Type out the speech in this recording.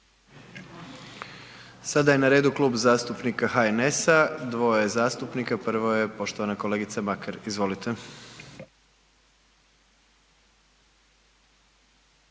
Sada je na redu Klub zastupnika HNS-a, dvoje zastupnika, prvo je poštovana kolegica Makar, izvolite.